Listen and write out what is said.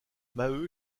maheu